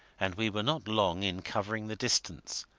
and we were not long in covering the distance,